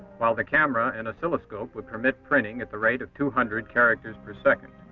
while the camera and oscilloscope would permit printing at the rate of two hundred character's per second.